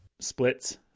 Splits